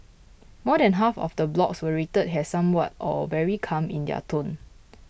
more than half of the blogs were rated as somewhat or very calm in their tone